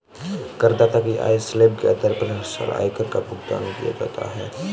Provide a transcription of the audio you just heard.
करदाता की आय स्लैब के आधार पर हर साल आयकर का भुगतान किया जाता है